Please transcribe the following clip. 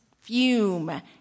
fume